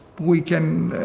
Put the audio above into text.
we can,